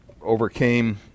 overcame